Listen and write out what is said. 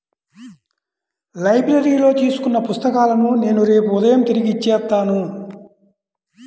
లైబ్రరీలో తీసుకున్న పుస్తకాలను నేను రేపు ఉదయం తిరిగి ఇచ్చేత్తాను